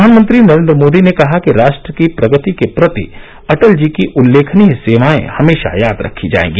प्रधानमंत्री नरेन्द्र मोदी ने कहा कि राष्ट्र की प्रगति के प्रति अटल जी की उल्लेखनीय सेवाए हमेशा याद रखी जाएगी